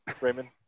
Raymond